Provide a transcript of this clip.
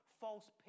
false